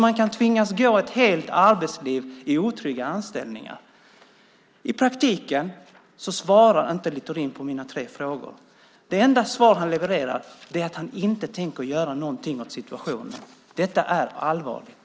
Man kan tvingas gå ett helt arbetsliv i otrygga anställningar. I praktiken svarar inte Littorin på mina tre frågor. Det enda svar han levererar är att han inte tänker göra någonting åt situationen. Det är allvarligt.